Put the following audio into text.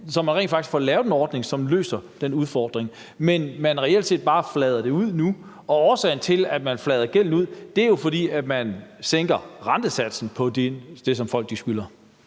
så man rent faktisk får lavet en ordning, som løser den udfordring? Reelt set flader man det bare ud nu, og den måde, man flader gælden ud på, er jo ved at sænke rentesatsen på det, som folk skylder.